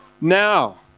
Now